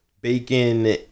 bacon